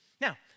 Now